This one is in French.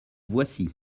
voici